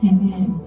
Amen